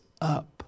up